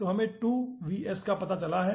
तो हमें 2 Vs का पता चला है